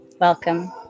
Welcome